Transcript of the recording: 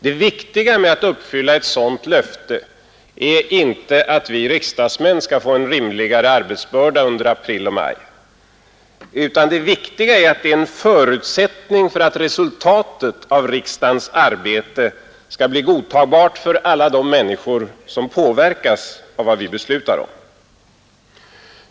Det viktiga med att uppfylla ett sådant löfte är inte att vi riksdagsmän skall få en rimlig arbetsbörda under april och maj, utan det viktiga är att det är en förutsättning för att resultatet av riksdagens arbete skall bli godtagbart för alla de människor som påverkas av vad vi beslutar om.